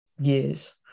years